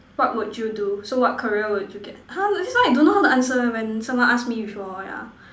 what would you do so what career would you get !huh! this one I don't know how to answer when someone ask me before yeah